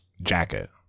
jacket